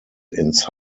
ins